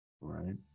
right